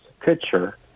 picture